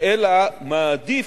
אלא מעדיף,